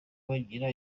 bagira